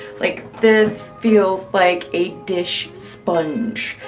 like this feels like a dish sponge.